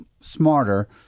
smarter